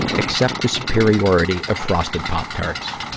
accept the superiority of frosted pop tarts.